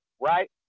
right